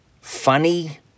funny